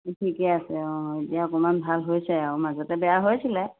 ঠিকে আছে অঁ এতিয়া অকমান ভাল হৈছে আৰু মাজতে বেয়া হৈছিলে